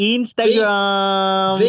Instagram